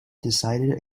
decided